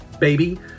baby